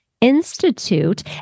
Institute